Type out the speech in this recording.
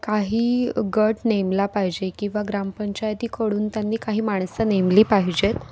काही गट नेमला पाहिजे किंवा ग्रामपंचायतीकडून त्यांनी काही माणसं नेमली पाहिजेत